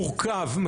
מורכב,